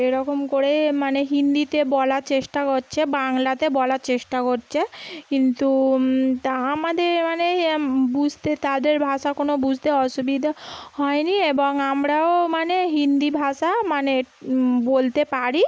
এরকম করে মানে হিন্দিতে বলা চেষ্টা করছে বাংলাতে বলা চেষ্টা করছে কিন্তু তা আমাদের মানে এ বুঝতে তাদের ভাষা কোনো বুঝতে অসুবিধা হয় নি এবং আমরাও মানে হিন্দি ভাষা মানে বলতে পারি